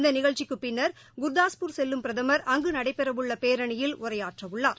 இந்த நிகழ் க்சிக் குப் பின்ளா் குர்தாஸ் பூ ர் செல்லும் பிரதமர் அங்கு நடைபெறவுள்ள பேரணியில் உரையா நட்றவ ள்ளார்